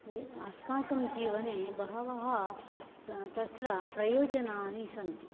अस्माकं जीवने बहवः तत्र प्रयोजनानि सन्ति